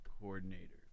coordinator